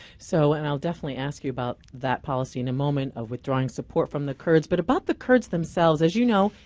so, and i'll definitely ask you about that policy in a moment of withdrawing support from the kurds. but about the kurds themselves, as you know,